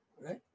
Right